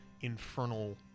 infernal